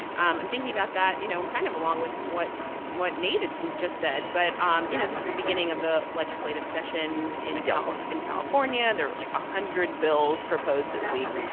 um and thinking about that, you know, kind of along with what what nate had just said. but, um you know, know, this is the beginning of the legislative session. in california. in california. there were, like, a hundred bills proposed this week.